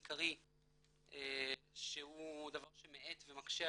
עיקרי שהוא דבר שמאט ומקשה עלינו.